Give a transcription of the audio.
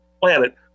planet